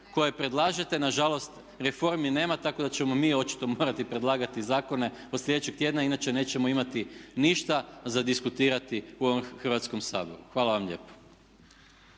koje predlažete. Nažalost reformi nema tako da ćemo mi očito morati predlagati zakone od sljedećeg tjedna inače nećemo imati ništa za diskutirati u ovom Hrvatskom saboru. Hvala vam lijepo.